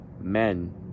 men